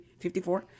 54